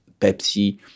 Pepsi